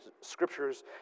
scriptures